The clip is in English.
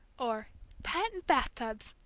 or patent bath-tubs!